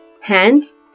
hands